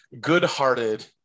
good-hearted